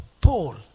Paul